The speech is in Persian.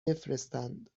بفرستند